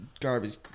garbage